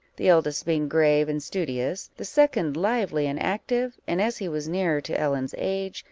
the eldest being grave and studious, the second lively and active, and as he was nearer to ellen's age,